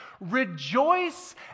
Rejoice